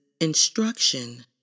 instruction